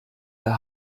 der